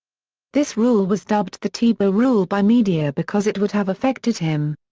this rule was dubbed the tebow rule by media because it would have affected him.